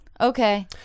Okay